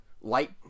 light